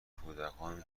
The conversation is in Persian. کودکان